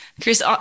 Chris